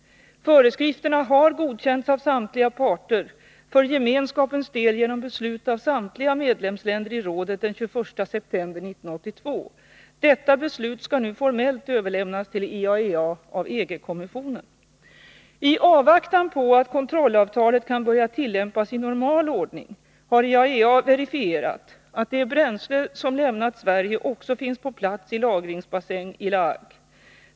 Föreskrifterna har godkänts av samtliga parter, för gemenskapens del genom beslut av samtliga medlemsländer i rådet den 21 september 1982. Detta beslut skall nu formellt överlämnas till IAEA av EG-kommissionen. I avvaktan på att kontrollavtalet kan börja tillämpas i normal ordning har IAEA verifierat att det bränsle som lämnat Sverige också finns på plats i lagringsbassäng i La Hague.